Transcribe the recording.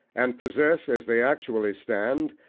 and possess, as they actually stand,